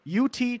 UT